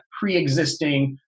pre-existing